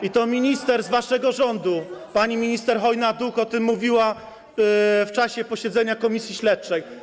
I to minister z waszego rządu, pani minister Chojna-Duch o tym mówiła w czasie posiedzenia komisji śledczej.